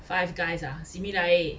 Five Guys ah simi lai eh